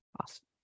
Awesome